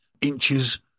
inches